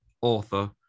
author